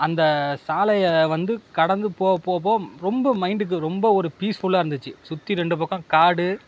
அந்த சாலையை வந்து கடந்து போக போக போக ரொம்ப மைண்டுக்கு ரொம்ப ஒரு பீஸ்ஃபுல்லா இருந்துச்சி சுற்றி ரெண்டு பக்கம் காடு